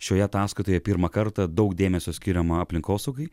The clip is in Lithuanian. šioje ataskaitoje pirmą kartą daug dėmesio skiriama aplinkosaugai